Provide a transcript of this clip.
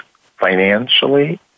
financially